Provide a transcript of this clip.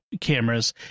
cameras